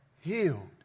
healed